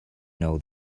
know